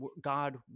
God